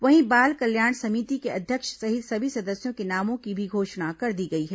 वहीं बाल कल्याण समिति के अध्यक्ष सहित सभी सदस्यों के नामों की भी घोषणा कर दी गई है